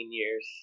years